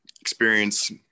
experience